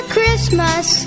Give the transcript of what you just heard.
Christmas